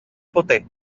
poté